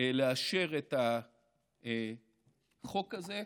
לאשר את החוק הזה.